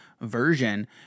version